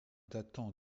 datant